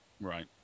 Right